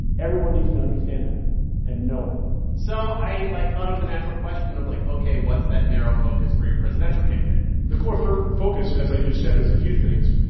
everyone needs to understand that and know it so i, like, thought it was a natural question of like, ok, what's that narrow focus for your presidential campaign? the core focus, as i just said, is a few things.